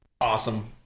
awesome